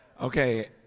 Okay